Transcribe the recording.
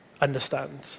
understand